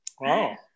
Wow